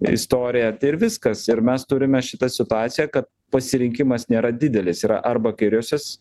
istoriją tai ir viskas ir mes turime šitą situaciją kad pasirinkimas nėra didelis yra arba kairiosios